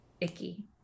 icky